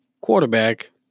quarterback